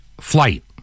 flight